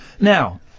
Now